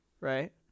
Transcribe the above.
right